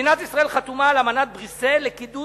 מדינת ישראל חתומה על אמנת בריסל לקידוד